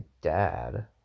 dad